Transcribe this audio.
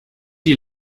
die